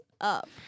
up